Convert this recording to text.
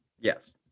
yes